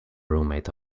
roommate